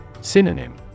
Synonym